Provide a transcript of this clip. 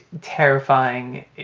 terrifying